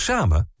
Samen